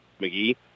McGee